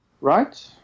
Right